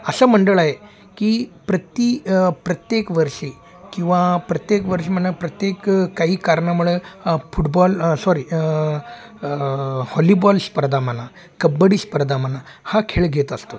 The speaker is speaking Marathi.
असं मंडळ आहे की प्रति प्रत्येक वर्षी किंवा प्रत्येक वर्ष म्हणा प्रत्येक काही कारणामुळं फुटबॉल सॉरी हॉलीबॉल स्पर्धा म्हणा कब्बडी स्पर्धा म्हणा हा खेळ घेत असतो